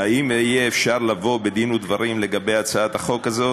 האם אפשר יהיה לבוא בדין ודברים לגבי הצעת החוק הזאת?